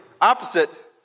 opposite